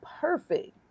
perfect